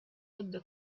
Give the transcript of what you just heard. ebbe